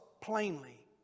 plainly